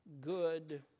good